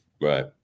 Right